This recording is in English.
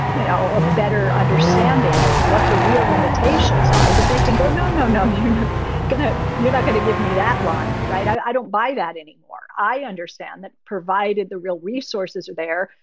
you know, a better understanding of what the real limitations are, that they can go, no, no, no, you're and going to you're not going to give me that line. right? i don't buy that anymore. i understand that. provided the real resources are there.